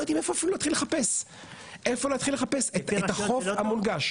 יודעים איפה להתחיל לחפש את החוף המונגש.